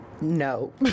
no